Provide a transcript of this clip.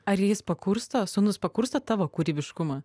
ar jis pakursto sūnus pakursto tavo kūrybiškumą